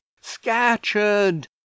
Scatcherd